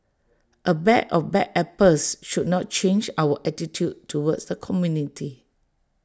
A bag of bad apples should not change our attitude towards the community